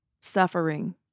Suffering